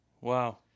Wow